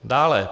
Dále.